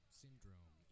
syndrome